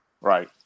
right